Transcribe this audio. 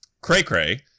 cray-cray